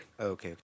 Okay